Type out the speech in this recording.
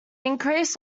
increased